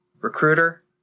recruiter